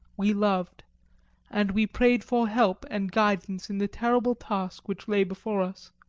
we loved and we prayed for help and guidance in the terrible task which lay before us.